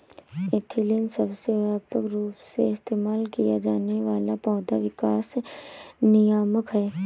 ethylene सबसे व्यापक रूप से इस्तेमाल किया जाने वाला पौधा विकास नियामक है